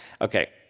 Okay